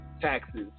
taxes